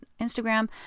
Instagram